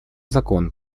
закон